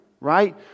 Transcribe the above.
right